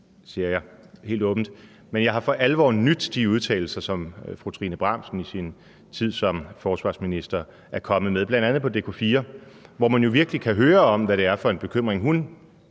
medlemmer taler – de udtalelser, som fru Trine Bramsen i sin tid som forsvarsminister er kommet med bl.a. på dk4, hvor man jo virkelig kan høre om, hvad det er for en bekymring, hun